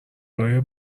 های